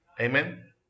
Amen